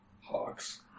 Hawks